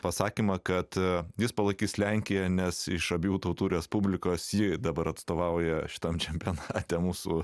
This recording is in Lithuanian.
pasakymą kad jis palaikys lenkiją nes iš abiejų tautų respublikos ji dabar atstovauja šitam čempionate mūsų